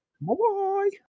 Bye-bye